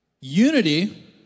unity